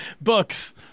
books